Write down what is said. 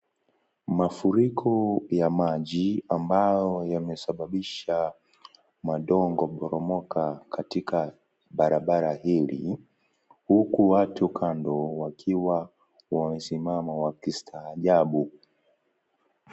Mafuriko ya maji ambayo yamesababisha udongo kuporomoka katika barabara hili, huku watu kando wakiwa wamesimama wakistaajabu.